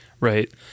right